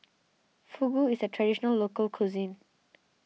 Fugu is a Traditional Local Cuisine